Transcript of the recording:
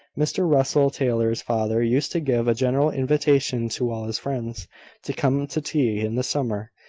mr russell taylor's father used to give a general invitation to all his friends to come to tea in the summer,